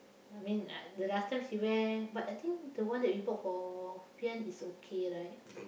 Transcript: I mean uh the last time she wear but I think the one we bought for Fian is okay right